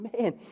Man